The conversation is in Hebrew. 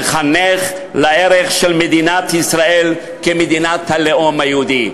לחנך לערך של מדינת ישראל כמדינת הלאום היהודי.